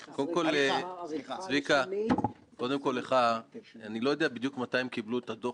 לכן הייתי מצפה מכל הרגולטורים שקיבלו פה הערות